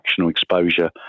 exposure